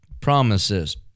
promises